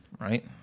right